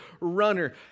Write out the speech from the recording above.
runner